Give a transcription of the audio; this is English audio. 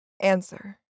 Answer